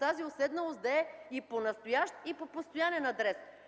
тази уседналост да е и по настоящ, и по постоянен адрес.